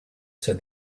said